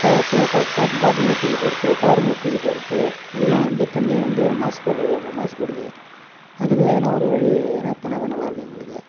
பாட்டிலுங்கள தூக்கிப் போடுறது கவருங்களை தூக்கிப் போடுறது எல்லாம் வந்து தண்ணி வந்து மாசுபடுறது அப்போ மாசுபடுது அதுக்கும் எதனால் ஒரு வழி எதனால் பண்ணாக்கா நல்லாயிருக்கும் எங்களுக்கு